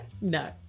No